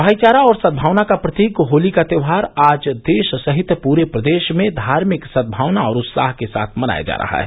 भाईचारा और सदभावना का प्रतीक होली का त्योहार आज देश सहित पूरे प्रदेश में धार्मिक सदभावना और उत्साह के साथ मनाया जा रहा है